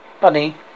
Bunny